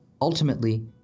ultimately